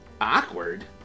Awkward